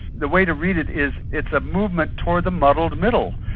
the way to read it is, it's a movement toward the muddled middle,